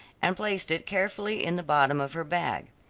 and placed it carefully in the bottom of her bag.